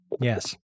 Yes